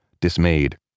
dismayed